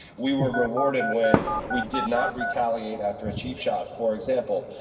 we were rewarded when we did not retaliate after a cheap shot for example.